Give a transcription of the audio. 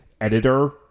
editor